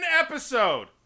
episode